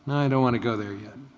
i don't want to go there. yeah